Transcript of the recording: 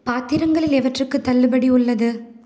பாத்திரங்களில் எவற்றுக்கு தள்ளுபடி உள்ளது